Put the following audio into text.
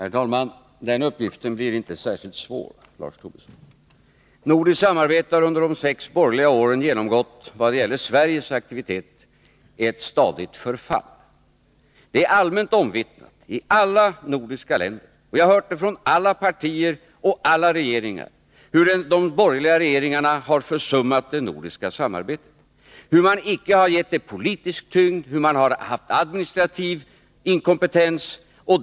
Herr talman! Den uppgiften blir inte särskilt svår, Lars Tobisson, för nordiskt samarbete har i vad det gäller Sveriges aktivitet under de sex borgerliga åren genomgått ett stadigt förfall. Det är allmänt omvittnat i alla nordiska länder — jag har hört det från alla partier och alla regeringar — hur de borgerliga regeringarna har försummat det nordiska samarbetet, hur man icke har gett det politisk tyngd, hur man haft administrativ inkompetens.